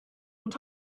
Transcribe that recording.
und